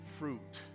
fruit